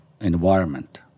environment